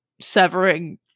severing